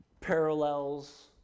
parallels